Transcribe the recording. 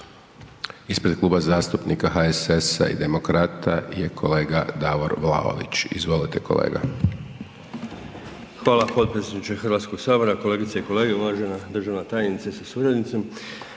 ispred Kluba zastupnika HSS-a i Demokrata je kolega Davor Vlaović. Izvolite kolega.